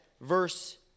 verse